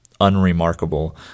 unremarkable